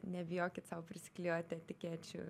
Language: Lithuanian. nebijokit sau prisiklijuoti etikečių